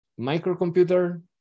microcomputer